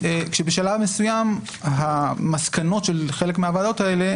כשבשלב מסוים המסקנות של חלק מהוועדות האלה